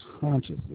consciously